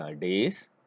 days